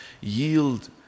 yield